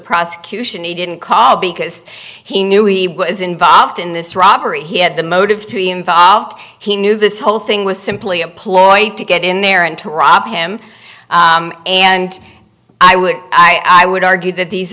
prosecution he didn't call because he knew he was involved in this robbery he had the motive to be involved he knew this whole thing was simply a ploy to get in there and to rob him and i would i would argue that these